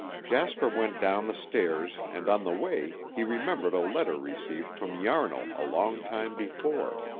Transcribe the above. jasper went down the stairs and on the way he remembered a letter received from yarnall a long time before.